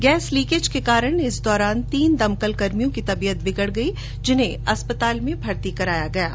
gas leakage के कारण इस दौरान तीन दमकल कर्मियों तबियत बिगड़ गई जिन्हें अस्पताल में भर्ती कराया गया है